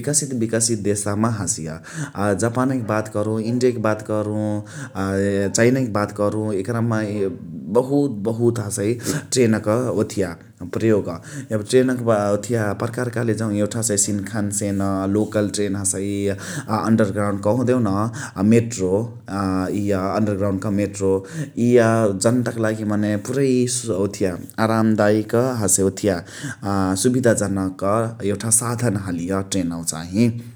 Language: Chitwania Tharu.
विकसित विकसित देशमा हसिय । जापानैक बात करूं, इन्डियाकै बात करूं आ चाइनाकै बात करूँ यकरामा बहुत बहुत हसइ ट्रेनक ओथिया प्रयोग । याबे ट्रेनक ओथिया प्रकार कहले जौ एउठा हसिय सिनखानसेन लोकल ट्रेन हसइ । अन्डरग्राउन्ड कह देउ न मेट्रो अ इय अन्डरग्राउनक मेट्रो। इथ जनताक लागि मने पुरइ ओथिया आरामदायीक हसे ओथिया सुविधाजनक एउठा साधन इलिय ट्रेनवा चाही।